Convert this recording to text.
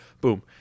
Boom